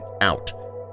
out